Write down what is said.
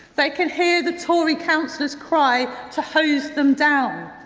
they can hear the tory councillors cry to hose them down.